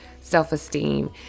self-esteem